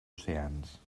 oceans